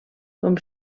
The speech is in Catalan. com